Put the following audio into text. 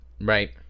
Right